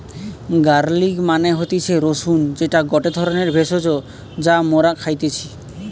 garlic মানে হতিছে রসুন যেটা গটে ধরণের ভেষজ যা মরা খাইতেছি